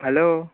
hello